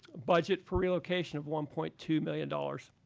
budget for relocation of one point two million dollars.